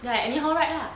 then I anyhow write lah